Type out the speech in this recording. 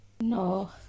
no